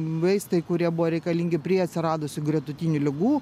vaistai kurie buvo reikalingi prie atsiradusių gretutinių ligų